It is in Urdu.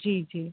جی جی